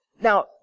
Now